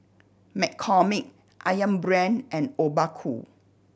McCormick Ayam Brand and Obaku